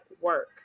work